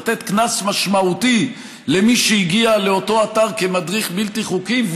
לתת קנס משמעותי למי שהגיע לאותו אתר כמדריך בלתי חוקי,